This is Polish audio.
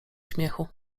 śmiechu